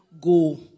go